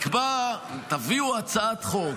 תביאו הצעת חוק,